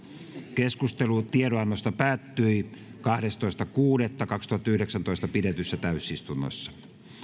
keskustelu tiedonannosta päättyi kahdestoista kuudetta kaksituhattayhdeksäntoista pidetyssä täysistunnossa